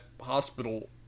hospital